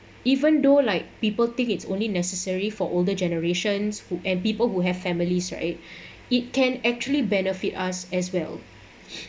even though like people think it's only necessary for older generations who and people who have families right it can actually benefit us as well